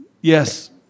Yes